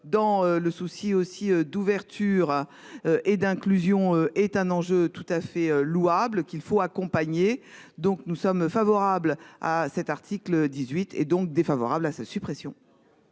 Dans le souci aussi d'ouverture. Et d'inclusion est un enjeu tout à fait louable qu'il faut accompagner donc nous sommes favorables à cet article 18 est donc défavorable à sa suppression.